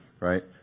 right